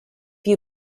you